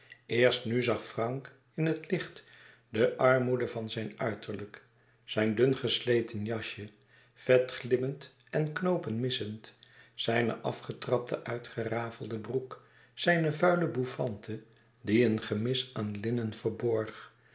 eerst nu zag frank in het licht de armoede van zijn uiterlijk zijn dun gesleten jasje vet glimmend en knoopen missend zijne afgetrapte uitgerafelde broek zijne vuile bouffante die een gemis aan linnen verborg